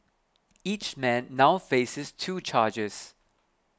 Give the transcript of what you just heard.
each man now faces two charges